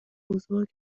بزرگ